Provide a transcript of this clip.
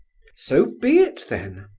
so be it, then.